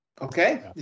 Okay